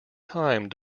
time